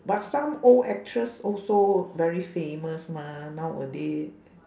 but some old actress also very famous mah nowaday